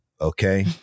okay